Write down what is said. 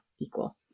equal